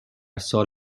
سال